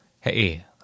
Hey